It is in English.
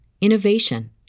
innovation